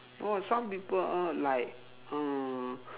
oh some people uh like